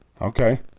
Okay